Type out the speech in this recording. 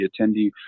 attendee